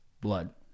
blood